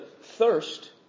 thirst